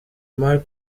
marc